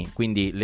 quindi